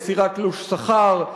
מסירת תלוש שכר,